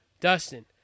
Dustin